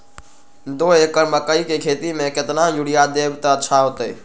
दो एकड़ मकई के खेती म केतना यूरिया देब त अच्छा होतई?